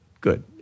Good